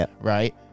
right